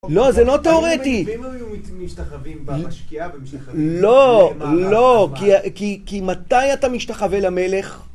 לא, זה לא תאורטי. ואם הם היו משתחווים במשקיעה מתשחווים... לא, לא, כי מתי אתה משתחווה למלך?